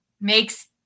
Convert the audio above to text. makes